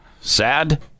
Sad